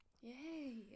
Yay